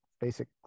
basic